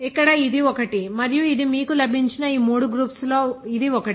ఇక్కడ ఇది ఒకటి మరియు ఇది మీకు లభించిన ఈ మూడు గ్రూప్స్ లో ఇది ఒకటి